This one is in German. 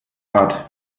rad